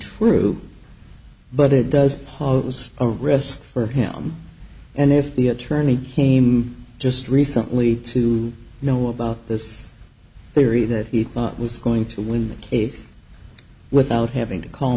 true but it does pose a risk for him and if the attorney came just recently to know about this theory that he thought was going to win the case without having to call